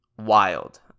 wild